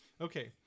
Okay